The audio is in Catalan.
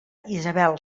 isabel